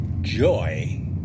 Joy